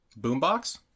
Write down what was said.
Boombox